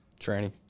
Tranny